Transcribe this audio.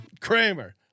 Kramer